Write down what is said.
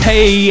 Hey